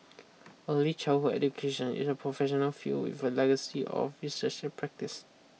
early childhood education is a professional field with a legacy of research and practice